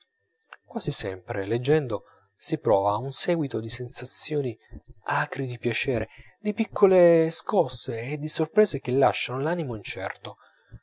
quasi sempre leggendo si prova un seguito di sensazioni acri di piacere di piccole scosse e di sorprese che lasciano l'animo incerto